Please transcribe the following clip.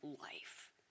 life